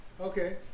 Okay